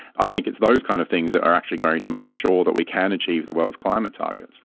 i think it's those kinds of things that are actually going to make sure that we can achieve the world's climate targets.